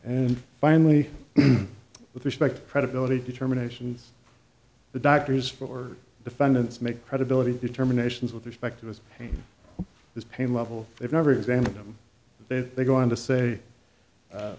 and finally with respect credibility determinations the doctors for defendants make credibility determinations with respect to his name his pain level they've never examined them that they go on to say